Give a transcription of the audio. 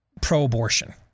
pro-abortion